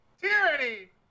tyranny